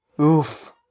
Oof